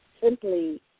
simply